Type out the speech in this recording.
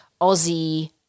Aussie